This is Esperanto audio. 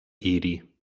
ili